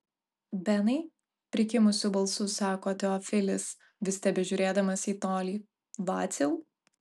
benai prikimusiu balsu sako teofilis vis tebežiūrėdamas į tolį vaciau